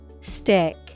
stick